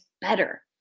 better